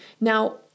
Now